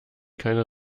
keine